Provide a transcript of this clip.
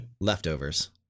Leftovers